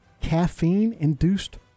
caffeine-induced